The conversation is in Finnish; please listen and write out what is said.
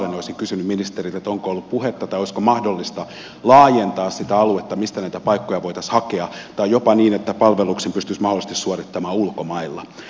olisin kysynyt ministeriltä onko ollut puhetta tai olisiko mahdollista laajentaa sitä aluetta mistä näitä paikkoja voitaisiin hakea tai jopa niin että palveluksen pystyisi mahdollisesti suorittamaan ulkomailla